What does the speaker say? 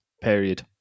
period